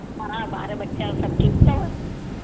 हा ॿार बच्चा सभु ठीकु अथव